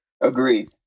Agreed